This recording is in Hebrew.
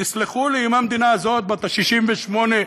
תסלחו לי, אם המדינה הזאת, בת ה-68,